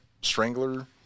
Strangler